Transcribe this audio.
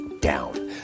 down